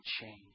change